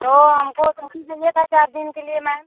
तो हमको छुट्टी चाहिए था चार दिन के लिए मैम